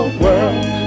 world